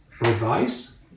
advice